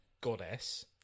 goddess